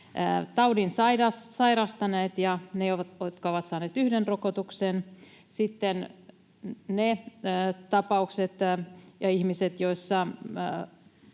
taudin sairastaneet ja ne, jotka ovat saaneet yhden rokotuksen, sitten ne tapaukset ja ihmiset, jotka